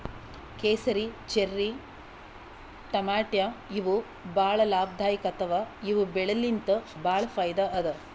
ಕೇಸರಿ, ಚೆರ್ರಿ ಟಮಾಟ್ಯಾ ಇವ್ ಭಾಳ್ ಲಾಭದಾಯಿಕ್ ಅಥವಾ ಇವ್ ಬೆಳಿಲಿನ್ತ್ ಭಾಳ್ ಫೈದಾ ಅದಾ